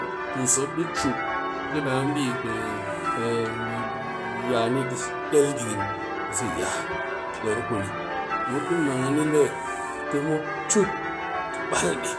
Mop puus mop ɗi cut be ka naa bɨ kwe yaa ni del dighin be sa ya der kuni mop di mang a ni le te mop cut ti bal dɨ,